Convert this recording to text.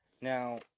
Now